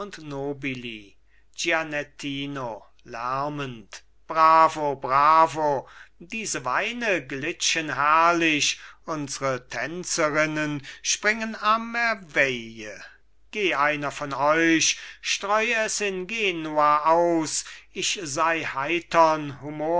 lärmend bravo bravo diese weine glitschen herrlich unsre tänzerinnen springen merveille geh einer von euch streu es in genua aus ich sei heitern